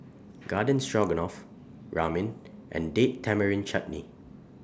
Garden Stroganoff Ramen and Date Tamarind Chutney